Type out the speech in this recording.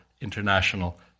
International